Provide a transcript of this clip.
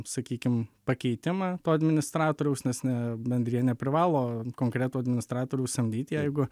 sakykim pakeitimą to administratoriaus nes na bendrija neprivalo konkretų administratorių samdyti jeigu